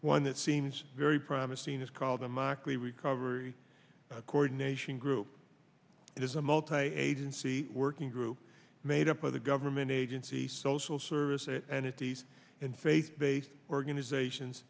one that seems very promising is called a mockery recovery coordination group and is a multi agency working group made up of the government agency social service and it these and faith based organizations